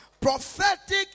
Prophetic